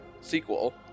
sequel